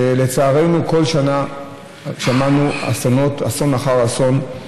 כשלצערנו בכל שנה שמענו על אסונות, אסון אחר אסון,